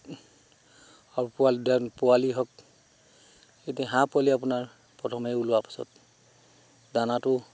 পোৱালি পোৱালি হওক এতিয়া হাঁহ পোৱালি আপোনাৰ প্ৰথমেই ওলোৱাৰ পাছত দানাটো